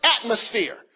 atmosphere